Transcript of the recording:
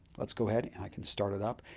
let's go ahead and i can start it up.